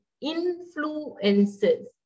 Influences